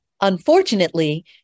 unfortunately